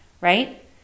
right